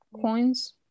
coins